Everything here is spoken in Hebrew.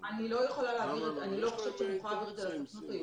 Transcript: אני לא חושבת שאני יכולה להעביר את זה לסוכנות היהודית.